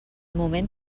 moment